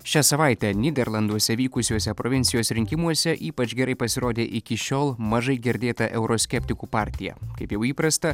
šią savaitę nyderlanduose vykusiuose provincijos rinkimuose ypač gerai pasirodė iki šiol mažai girdėta euroskeptikų partija kaip jau įprasta